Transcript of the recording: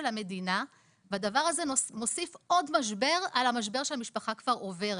המדינה והדבר הזה מוסיף עוד משבר על המשבר שהמשפחה כבר עוברת.